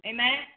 Amen